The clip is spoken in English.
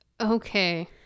Okay